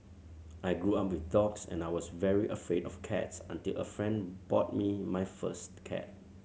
I grew up with dogs and I was very afraid of cats until a friend bought me my first cat